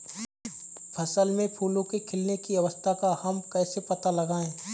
फसल में फूलों के खिलने की अवस्था का हम कैसे पता लगाएं?